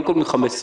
לא מקבלים 15 יום.